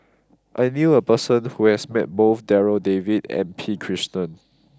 I knew a person who has met both Darryl David and P Krishnan